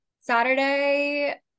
Saturday